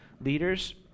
leaders